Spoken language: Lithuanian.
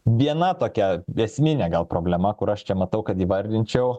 viena tokia esminė gal problema kur aš čia matau kad įvardinčiau